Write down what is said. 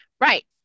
Right